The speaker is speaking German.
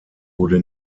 wurde